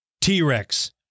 T-Rex